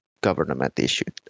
government-issued